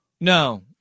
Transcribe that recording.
No